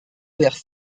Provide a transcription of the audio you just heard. vers